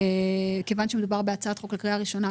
כיוון שמדובר בהצעת חוק לקריאה ראשונה,